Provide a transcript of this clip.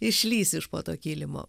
išlįs iš po to kilimo